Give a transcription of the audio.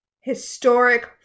historic